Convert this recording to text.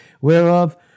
Whereof